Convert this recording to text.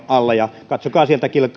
alla katsokaa